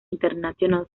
international